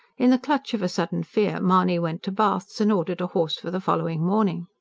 in the clutch of a sudden fear mahony went to bath's and ordered a horse for the following morning.